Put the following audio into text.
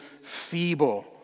feeble